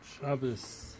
Shabbos